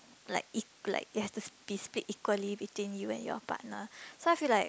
like you've to be speak equally within you and your partner so I feel like